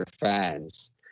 fans